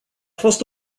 fost